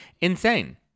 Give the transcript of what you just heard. insane